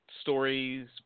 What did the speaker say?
stories